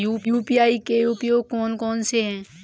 UPI के उपयोग कौन कौन से हैं?